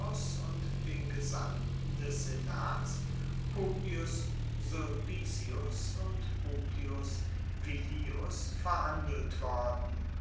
und den gesandten des senats publius sulpicius und publius villius verhandelt worden